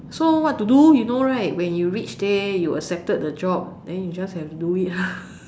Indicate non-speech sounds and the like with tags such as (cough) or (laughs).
so what to do you know right when you reach there you accepted the job then you just have to do it lah (laughs)